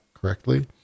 correctly